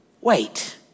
Wait